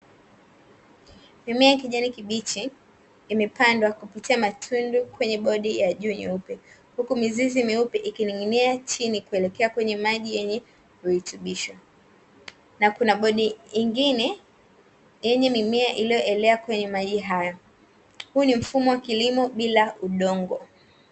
Mimea ya kijani kibichi imepandwa kupitia matundu kwenye bodi ya juu nyeupe huku mizizi meupe ikining'inia chini kuelekea kwenye maji yenye virutubisho. Na kuna bodi nyingine yenye mimea iliyoelea kwenye maji haya, huu ni mfumo wa kilimo bila udongo.